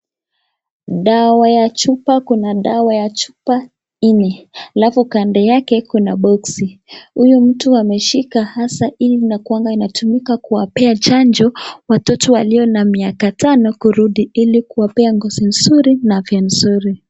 Dawa ya chupa, kuna dawa ya chupa nne alafu kando yake kuna boksi . Huyu mtu ameshika hasa hii inakuwanga inatumika kuwapea chanjo watoto walio na miaka tano kurudi ili kuwapea ngozi nzuri na afya nzuri.